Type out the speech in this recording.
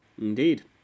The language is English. Indeed